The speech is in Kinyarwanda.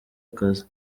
akazi